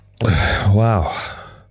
Wow